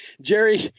Jerry